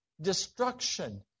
destruction